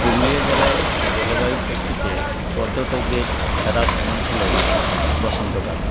পুরুলিয়া জেলায় জলবায়ুর প্রেক্ষিতে পর্যটকদের সেরা সময় হল বসন্তকাল